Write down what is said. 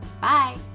Bye